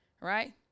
right